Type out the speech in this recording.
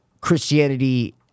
Christianity